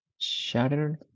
shattered